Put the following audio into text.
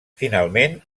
finalment